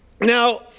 Now